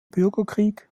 bürgerkrieg